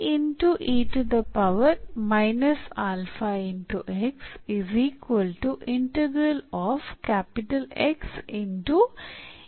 P